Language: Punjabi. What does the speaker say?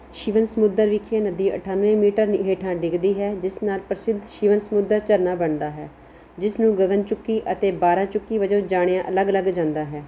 ਸ਼ਿਵਨ ਸਮੁੰਦਰ ਵਿਖੇ ਨਦੀ ਅਠੱਨਵੇਂ ਮੀਟਰ ਹੇਠਾਂ ਡਿੱਗਦੀ ਹੈ ਜਿਸ ਨਾਲ ਪ੍ਰਸਿੱਧ ਸ਼ਿਵਨ ਸਮੁੰਦਰ ਝਰਨਾ ਬਣਦਾ ਹੈ ਜਿਸ ਨੂੰ ਗਗਨ ਚੁੱਕੀ ਅਤੇ ਬਾਰਾ ਚੁੱਕੀ ਵਜੋਂ ਜਾਣਿਆ ਅਲੱਗ ਅਲੱਗ ਜਾਂਦਾ ਹੈ